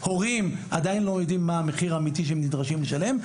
הורים עדיין לא יודעים מה המחיר האמיתי שהם נדרשים לשלם,